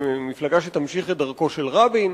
מפלגה שתמשיך את דרכו של רבין.